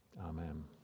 Amen